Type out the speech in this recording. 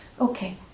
okay